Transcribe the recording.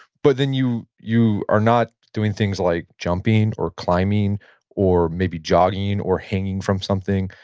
but then you you are not doing things like jumping or climbing or maybe jogging or hanging from something,